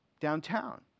downtown